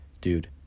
dude